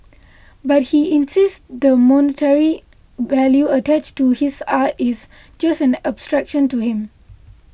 but he insists the monetary value attached to his art is just an abstraction to him